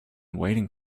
waiting